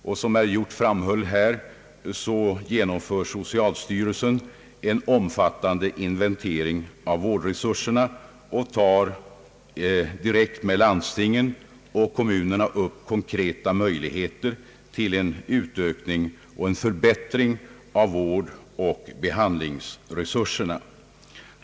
Socialstyrelsen genomför också, som herr Hjorth framhöll, en omfattande inventering av vårdresurserna och diskuterar direkt med landstingen och kommunerna konkreta möjligheter till en utökning och en förbättring av vårdoch behandlingsresurserna.